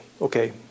okay